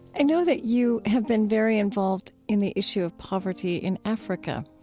i know that you have been very involved in the issue of poverty in africa,